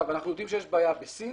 אנחנו יודעים שיש בעיה בסין